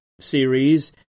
series